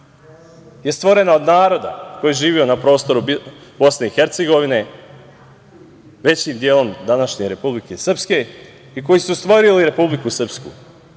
je stvorena od naroda koji je živeo na prostoru BiH, većim delom današnje Republike Srpske i koji su stvorili Republiku Srpsku.